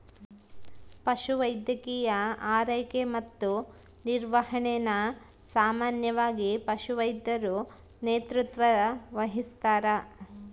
ಪಶುವೈದ್ಯಕೀಯ ಆರೈಕೆ ಮತ್ತು ನಿರ್ವಹಣೆನ ಸಾಮಾನ್ಯವಾಗಿ ಪಶುವೈದ್ಯರು ನೇತೃತ್ವ ವಹಿಸ್ತಾರ